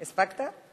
הספקת?